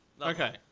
Okay